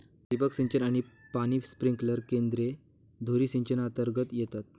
ठिबक सिंचन आणि पाणी स्प्रिंकलर केंद्रे धुरी सिंचनातर्गत येतात